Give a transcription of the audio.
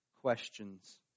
questions